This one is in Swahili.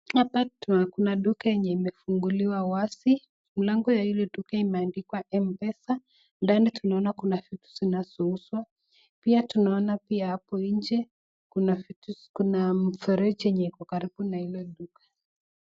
Hapa tunaona kuna duka yenye imefunguliwa wazi mlango ya ile duka imeandikwa Mpesa, ndani tunaona kuna vitu zinazouzwa pia tunaona hapo inje kuna mfereji yenye iko karibu na hilo duka.